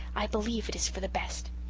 i believe it is for the best.